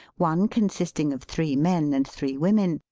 one consisting of three men and three women,